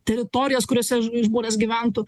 teritorijos kuriose ž žmonės gyventų